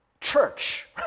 church